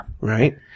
Right